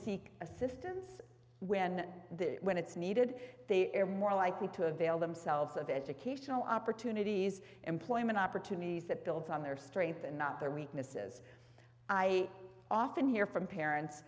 seek assistance when when it's needed they err more likely to avail themselves of educational opportunities employment opportunities that builds on their strength and not their weaknesses i often hear from parents